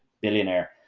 billionaire